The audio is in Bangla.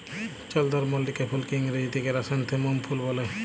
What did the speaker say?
চলদরমল্লিকা ফুলকে ইংরাজিতে কেরাসনেথেমুম ফুল ব্যলা হ্যয়